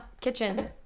kitchen